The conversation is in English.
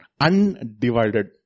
Undivided